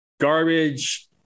garbage